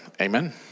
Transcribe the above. Amen